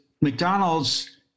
mcdonald's